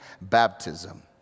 baptism